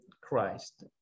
Christ